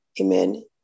amen